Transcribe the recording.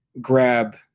grab